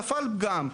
נפל פגם.